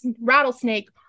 rattlesnake